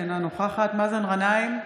מאזן גנאים,